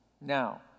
Now